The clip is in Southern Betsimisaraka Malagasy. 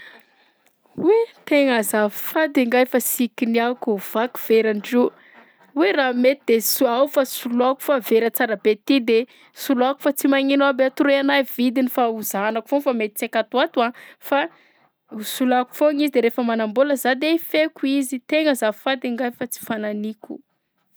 Oy! Tegna azafady angahy fa sy kiniako, vaky verandrio. Oe! Raha mety de so- ao fa soloàko fa vera tsara be ty de! Soloàko fa tsy magnino aby atoroy anahy vidiny fa hozahanako foa fa mety tsy akato ho ato a! Fa ho soloàko foagna izy de rehefa manambola za de hifaiko izy. Tegna azafady angahy fa tsy fanahiniako.